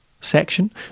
section